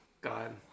God